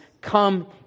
come